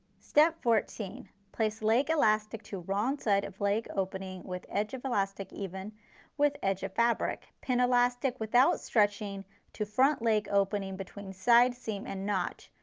step fourteen, place leg elastic to wrong side of leg opening with edge of elastic even with edge of fabric. pin elastic without stretching to front leg opening between side seam and notch.